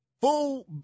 full